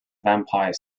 vampire